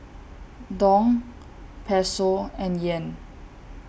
Dong Peso and Yen